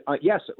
yes